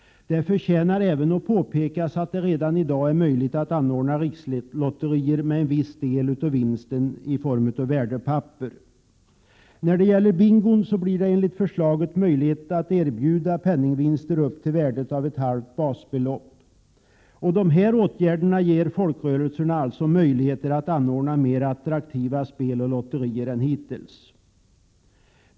Det förtjänar även att påpekas att det redan i dag är möjligt att anordna rikslotterier med en viss del av vinsten i form av värdepapper. När det gäller bingo blir det enligt förslaget möjligt att erbjuda penningvinster upp till värdet av ett halvt basbelopp. Dessa åtgärder ger folkrörelserna möjligheter att anordna mer attraktiva spel och lotterier än hittills.